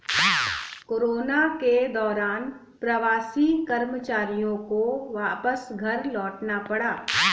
corona के दौरान प्रवासी कर्मचारियों को वापस घर लौटना पड़ा